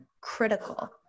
critical